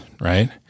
Right